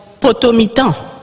potomitan